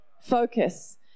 Focus